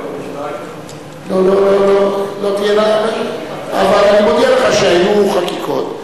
אבל אני מודיע לך שהיו חקיקות,